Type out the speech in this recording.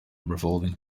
revolving